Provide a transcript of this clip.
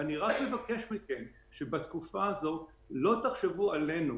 ואני רק מבקש שבתקופה הזאת לא תחשבו עלינו